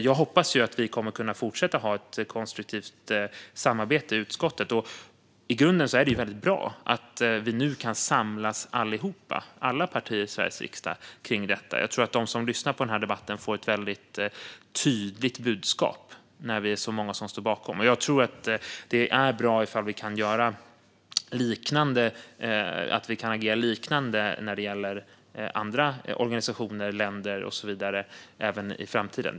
Jag hoppas att vi kommer att kunna fortsätta att ha ett konstruktivt samarbete i utskottet. I grunden är det väldigt bra att vi nu kan samlas allihop, alla partier i Sveriges riksdag, kring detta. Jag tror att de som lyssnar på debatten får ett tydligt budskap när vi är så många som står bakom det här. Jag tror också att det är bra om vi kan agera på ett liknande sätt när det gäller andra organisationer, länder och så vidare även i framtiden.